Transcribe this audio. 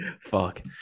Fuck